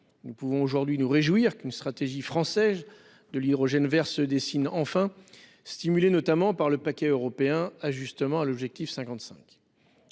Nous pouvons nous réjouir qu'une stratégie française de l'hydrogène vert se dessine enfin, stimulée notamment par le paquet européen Ajustement à l'objectif 55.